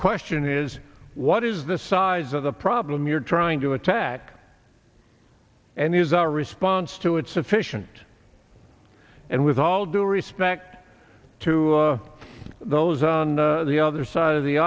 question is what is the size of the problem you're trying to attack and here's our response to it sufficient and with all due respect to those on the other side of the